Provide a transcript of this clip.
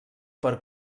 per